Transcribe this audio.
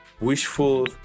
wishful